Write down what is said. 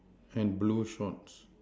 and blue shorts